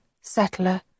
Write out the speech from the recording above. Settler